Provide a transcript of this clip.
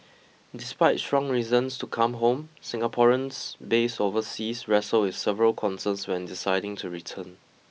despite strong reasons to come home Singaporeans based overseas wrestle with several concerns when deciding to return